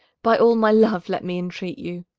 by all my love, let me entreat you,